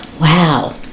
Wow